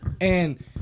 And-